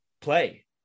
play